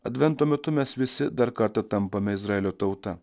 advento metu mes visi dar kartą tampame izraelio tauta